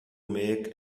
make